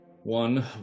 One